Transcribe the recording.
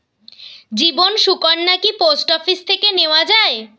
জীবন সুকন্যা কি post office থেকে নেওয়া যায়?